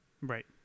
Right